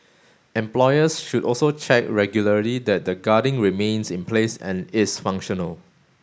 employers should also check regularly that the guarding remains in place and is functional